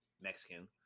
mexican